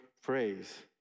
phrase